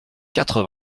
quatre